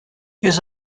his